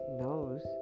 knows